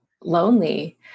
lonely